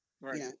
right